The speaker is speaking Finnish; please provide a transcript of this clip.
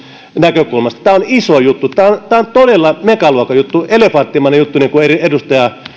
näkökulmasta tämä on iso juttu tämä on todella megaluokan juttu elefanttimainen juttu niin kuin edustaja